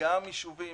שגם יישובים